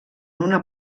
una